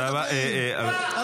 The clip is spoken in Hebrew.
זה לא הדלפה, זה גנבה.